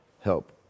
help